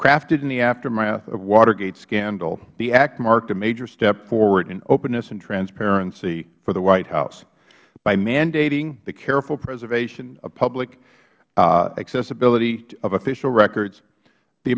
crafted in the aftermath of watergate scandal the act marked a major step forward in openness and transparency for the white house by mandating the careful preservation of public accessibility of official records the